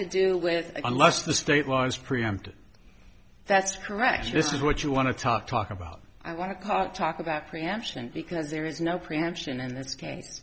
to do with unless the state was preempted that's correct this is what you want to talk talk about i want to talk about preemption because there is no preemption in this case